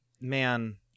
man